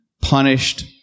punished